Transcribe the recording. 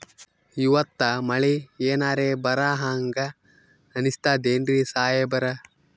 ಇವತ್ತ ಮಳಿ ಎನರೆ ಬರಹಂಗ ಅನಿಸ್ತದೆನ್ರಿ ಸಾಹೇಬರ?